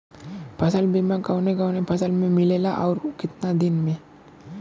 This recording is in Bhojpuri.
फ़सल बीमा कवने कवने फसल में मिलेला अउर कितना दिन में?